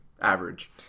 average